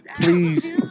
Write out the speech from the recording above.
please